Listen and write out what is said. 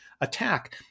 attack